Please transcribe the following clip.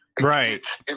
Right